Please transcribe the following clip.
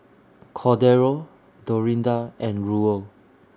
Cordero Dorinda and Ruel